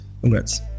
Congrats